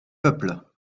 peuple